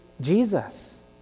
Jesus